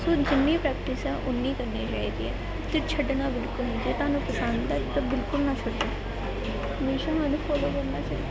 ਸੋ ਜਿੰਨੀ ਪ੍ਰੈਕਟਿਸ ਆ ਉਨੀ ਕਰਨੀ ਚਾਹੀਦੀ ਹੈ ਅਤੇ ਛੱਡਣਾ ਬਿਲਕੁਲ ਨਹੀਂ ਜੇ ਤੁਹਾਨੂੰ ਪਸੰਦ ਆ ਤਾਂ ਬਿਲਕੁਲ ਨਾ ਛੱਡੋ ਹਮੇਸ਼ਾ ਉਹਨੂੰ ਫੋਲੋ ਕਰਨਾ ਚਾਹੀਦਾ